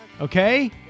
Okay